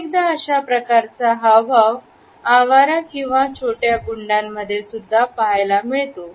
अनेकदा अशा प्रकारचा हावभाव आवारा किंवा छोट्या गुंडा मध्ये पाहायला मिळतो